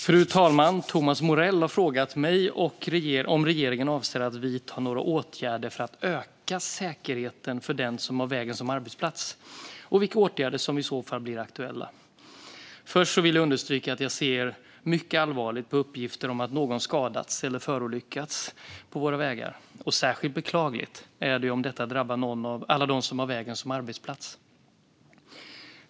Fru talman! Thomas Morell har frågat mig om regeringen avser att vidta några åtgärder för att öka säkerheten för dem som har vägen som arbetsplats, och vilka åtgärder som i så fall blir aktuella. Först vill jag understryka att jag ser mycket allvarligt på uppgifter om att någon skadats eller förolyckats på våra vägar. Särskilt beklagligt är det om detta drabbar någon av alla dem som har vägen som sin arbetsplats.